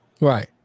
right